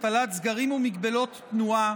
הטלת סגרים ומגבלות תנועה,